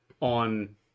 on